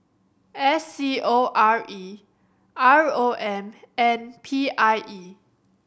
S C O R E R O M and P I E